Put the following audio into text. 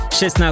16